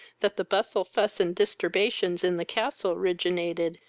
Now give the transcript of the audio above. that the bustle, fuss, and disturbations in the castle riginated,